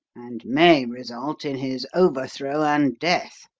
and may result in his overthrow and death!